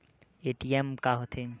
ATM का होथे?